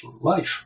life